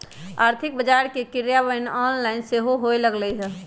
आर्थिक बजार के क्रियान्वयन ऑनलाइन सेहो होय लगलइ ह